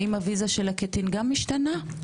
האם הוויזה של הקטין גם משתנה?